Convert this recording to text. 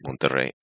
Monterrey